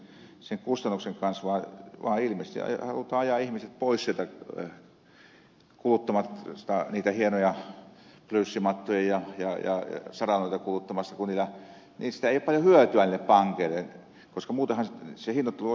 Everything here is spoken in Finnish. niillä ei ole mitään perustetta sen kustannuksen kanssa vaan ilmeisesti halutaan ajaa ihmiset pois sieltä kuluttamasta niitä hienoja plyysimattoja ja saranoita kun niistä ei ole paljon hyötyä niille pankeille koska muutenhan se hinnoittelu olisi toisenlainen